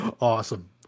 Awesome